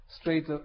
Straight